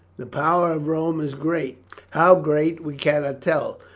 the power of rome is great how great we cannot tell,